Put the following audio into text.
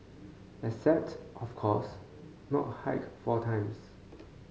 except of course not hike four times